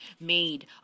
made